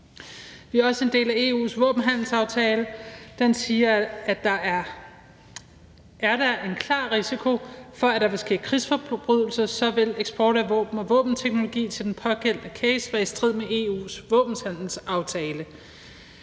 Vi er også en del af EU's våbenhandelsaftale, som siger, at er der en klar risiko for, at der vil ske krigsforbrydelser, vil eksport af våben og våbenteknologi til den pågældende case være i strid med EU's våbenhandelsaftale.